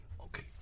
Okay